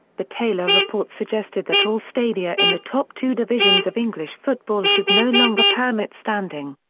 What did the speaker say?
the taylor report suggested that all stadia in the top two divisions of english football should no longer permit standing.